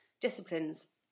disciplines